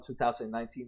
2019